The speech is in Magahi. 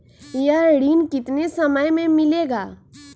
यह ऋण कितने समय मे मिलेगा?